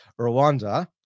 Rwanda